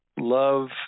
love